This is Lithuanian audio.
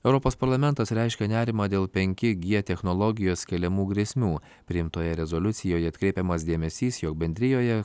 europos parlamentas reiškia nerimą dėl penki g technologijos keliamų grėsmių priimtoje rezoliucijoje atkreipiamas dėmesys jog bendrijoje